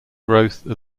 growth